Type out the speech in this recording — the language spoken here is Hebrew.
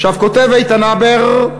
עכשיו, כותב איתן הבר: